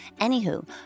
Anywho